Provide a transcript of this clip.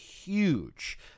Huge